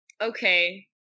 Okay